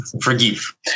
forgive